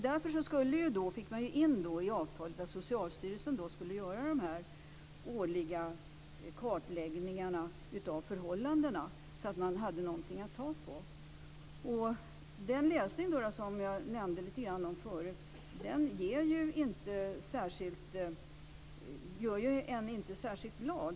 Därför skrev man in i avtalet att Socialstyrelsen skulle göra dessa årliga kartläggningar av förhållandena, så att man hade någonting att ta på. Den läsning som jag nämnde förut gör en inte särskilt glad.